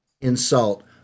insult